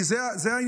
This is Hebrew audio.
כי זה העניין.